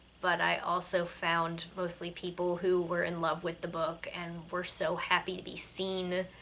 but i also found mostly people who were in love with the book, and were so happy to be seen,